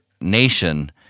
nation